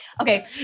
Okay